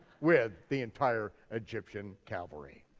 with the entire egyptian cavalry.